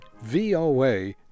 VOA